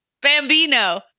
Bambino